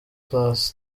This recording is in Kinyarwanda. plus